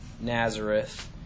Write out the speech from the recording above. Nazareth